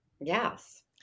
Yes